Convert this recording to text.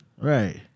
Right